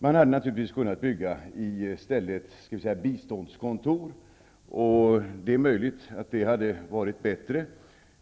Det hade naturligtvis gått att i stället bygga s.k. biståndskontor. Det är möjligt att det hade varit bättre.